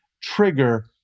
trigger